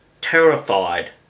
terrified